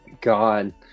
God